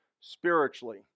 spiritually